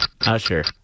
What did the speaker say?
Usher